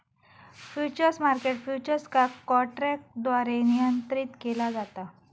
futures market futures का काँट्रॅकद्वारे नियंत्रीत केला जाता